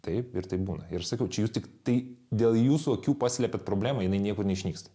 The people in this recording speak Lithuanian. taip ir taip būna ir sakiau čia jūs tiktai dėl jūsų akių paslepiat problemą jinai niekur neišnyksta